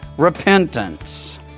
Repentance